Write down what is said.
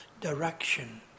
direction